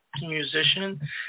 musician